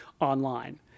online